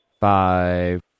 five